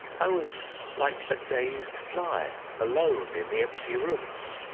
i was like a dazed fly alone in the empty rooms.